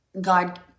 God